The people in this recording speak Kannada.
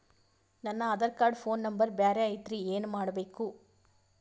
ನನ ಆಧಾರ ಕಾರ್ಡ್ ಫೋನ ನಂಬರ್ ಬ್ಯಾರೆ ಐತ್ರಿ ಏನ ಮಾಡಬೇಕು?